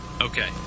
Okay